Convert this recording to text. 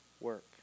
work